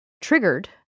triggered